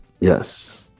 Yes